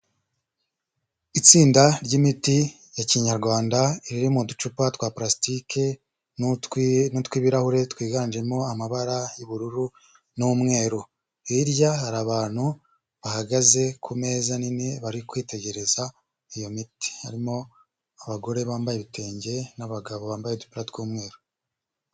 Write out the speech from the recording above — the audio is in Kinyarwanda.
Itsinda ry'imiti ya kinyarwanda riri mu ducupa twa pulasitike nutw'ibirahure twiganjemo amabara y'ubururu n'umweru, hirya hari abantu bahagaze ku meza nini bari kwitegereza iyo miti, harimo abagore bambaye ibitenge n'abagabo bambaye udupira tw'umweru